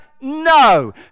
No